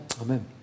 Amen